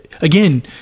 again